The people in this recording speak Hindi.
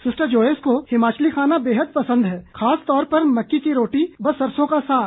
सिस्टर जोयस को हिमाचली खाना बेहद पंसद है खासतौर पर मक्की की रोटी व सरसों का साग